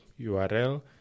URL